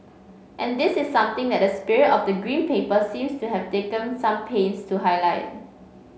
and this is something that the spirit of the Green Paper seems to have taken some pains to highlight